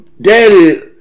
daddy